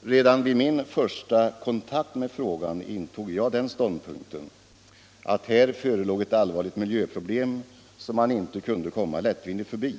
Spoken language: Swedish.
Redan vid min första kontakt med frågan intog jag den ståndpunkten att här förelåg ett allvarligt miljöproblem som man inte kunde komma lättvindigt förbi.